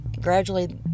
gradually